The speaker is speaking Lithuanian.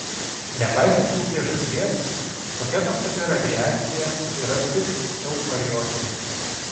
nepaisant jų priežasties tokia nuostabi radiacija yra tik eukariotinė